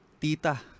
tita